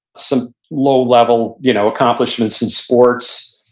some low level you know accomplishments in sports,